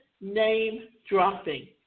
name-dropping